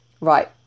right